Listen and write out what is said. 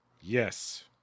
Yes